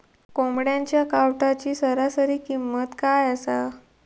कोंबड्यांच्या कावटाची सरासरी किंमत काय असा?